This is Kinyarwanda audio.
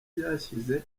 byashyize